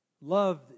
love